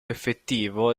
effettivo